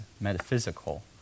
metaphysical